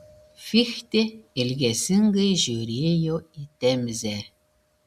fichtė ilgesingai žiūrėjo į temzę